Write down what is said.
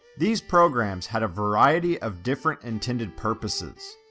these programs had a variety of different intended purposes.